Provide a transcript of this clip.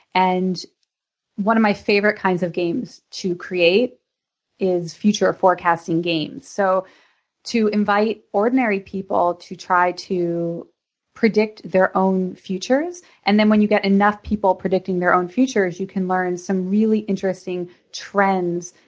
and one of my favorite kinds of games to create is future forecasting games. so to invite ordinary people to try to predict their own futures and then when you get enough people predicting their own futures, you can learn some really interesting trends.